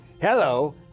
Hello